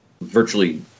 virtually